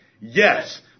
Yes